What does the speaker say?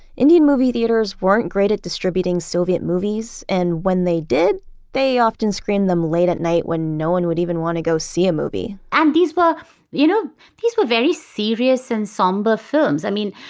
indian movie theaters weren't great at distributing soviet movies, and when they did they often screened them late at night when no one would even want to go see a movie and these were you know these were very serious and somber films. i mean,